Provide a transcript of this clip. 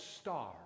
star